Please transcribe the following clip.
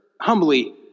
humbly